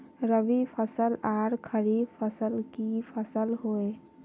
रवि फसल आर खरीफ फसल की फसल होय?